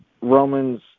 Romans